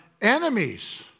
enemies